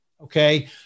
okay